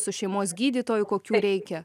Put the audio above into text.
su šeimos gydytoju kokių reikia